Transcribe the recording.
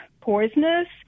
poisonous